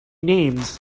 names